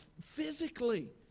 physically